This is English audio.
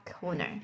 corner